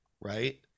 right